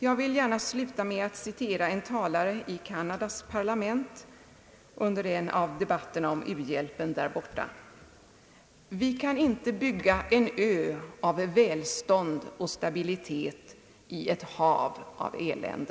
Jag vill gärna sluta med att citera vad en talare i Canadas parlament yttrade under en av debatterna om u-hjälpen där borta: »Vi kan inte bygga en ö av välstånd och stabilitet i ett hav av elände.»